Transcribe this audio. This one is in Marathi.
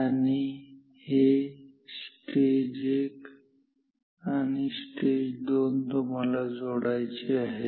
आणि हे स्टेज एक आणि स्टेज दोन तुम्हाला जोडायचे आहेत